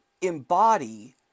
embody